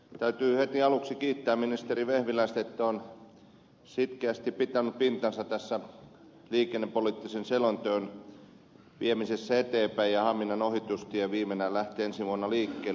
täytyy heti aluksi kiittää ministeri vehviläistä että hän on sitkeästi pitänyt pintansa tässä liikennepoliittisen selonteon viemisessä eteenpäin ja haminan ohitustie viimein lähtee ensi vuonna liikkeelle